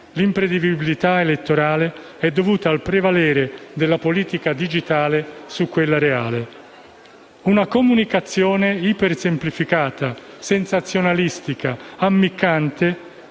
l'imprevedibilità elettorale è dovuta al prevalere della politica digitale su quella reale. Una comunicazione iper-semplificata, sensazionalistica, ammiccante,